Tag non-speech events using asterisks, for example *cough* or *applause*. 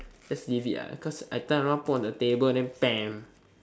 just leave it ah cause I turn around put on the table then *noise*